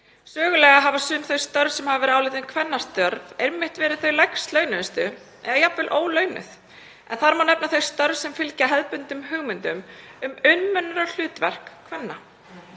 Sögulega hafa sum þau störf sem hafa verið álitin kvennastörf einmitt verið þau lægst launuðu eða jafnvel ólaunuð, en þar má nefna þau störf sem fylgja hefðbundnum hugmyndum um umönnunarhlutverk kvenna,